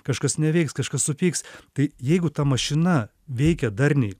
kažkas neveiks kažkas supyks tai jeigu ta mašina veikia darniai